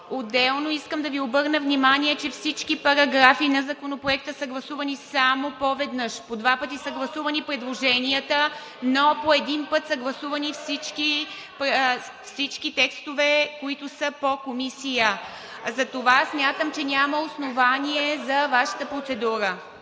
Отделно искам да Ви обърна внимание, че всички параграфи на Законопроекта са гласувани само по веднъж. (Шум и реплики.) По два пъти са гласувани предложенията, но по един път са гласувани всички текстове, които са по Комисия. Затова смятам, че няма основание за Вашата процедура.